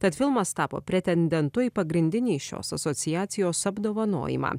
tad filmas tapo pretendentu į pagrindinį šios asociacijos apdovanojimą